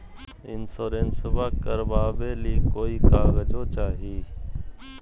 इंसोरेंसबा करबा बे ली कोई कागजों चाही?